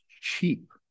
cheap